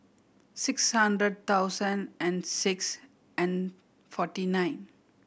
six hundred thousand and six and forty nine